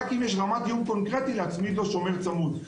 אם יש רמת איום קונקרטי להצמיד לו שומר צמוד.